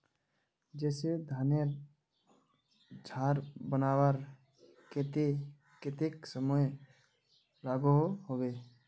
जैसे धानेर झार बनवार केते कतेक समय लागोहो होबे?